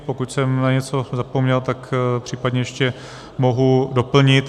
Pokud jsem na něco zapomněl, tak případně ještě mohu doplnit.